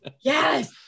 Yes